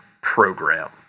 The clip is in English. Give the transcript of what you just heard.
program